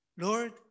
Lord